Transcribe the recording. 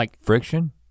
Friction